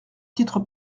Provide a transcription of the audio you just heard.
titre